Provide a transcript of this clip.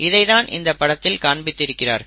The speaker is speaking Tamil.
இதை தான் இந்த படத்தில் காண்பித்து இருக்கிறார்கள்